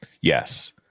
Yes